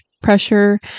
pressure